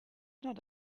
not